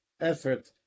effort